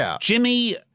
Jimmy